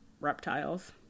reptiles